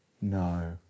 no